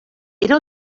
era